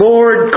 Lord